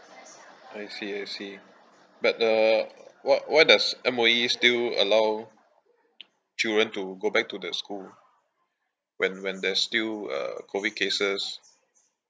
I see I see but the what why does M_O_E still allowed children to go back to the school when when there's still uh COVID cases